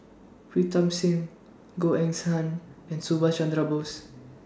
Pritam Singh Goh Eng's Han and Subhas Chandra Bose